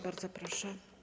Bardzo proszę.